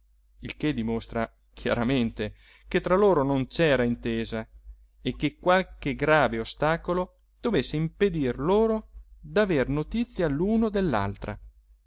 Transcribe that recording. il che dimostra chiaramente che tra loro non c'era intesa e che qualche grave ostacolo dovesse impedir loro d'aver notizia